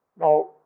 Now